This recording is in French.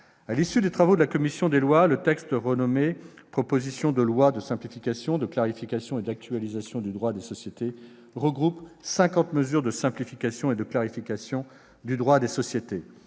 À l'issue des travaux de la commission des lois, le texte renommé « proposition de loi de simplification, de clarification et d'actualisation du droit des sociétés » regroupe cinquante mesures de simplification et de clarification du droit des sociétés.